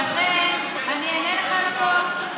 למה ראש הממשלה, אני אענה לך על הכול.